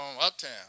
uptown